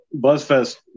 Buzzfest